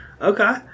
Okay